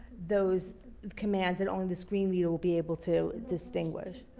those commands that only the screenreader will be able to distinguish.